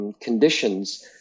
conditions